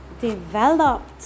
developed